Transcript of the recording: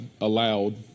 allowed